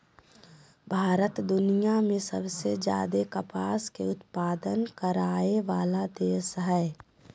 भारत दुनिया में सबसे ज्यादे कपास के उत्पादन करय वला देश हइ